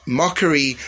mockery